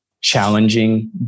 challenging